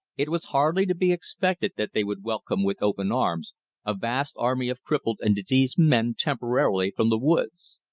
it was hardly to be expected that they would welcome with open arms a vast army of crippled and diseased men temporarily from the woods.